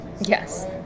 Yes